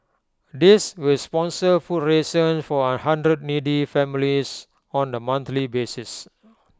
this will sponsor food rations for A hundred needy families on A monthly basis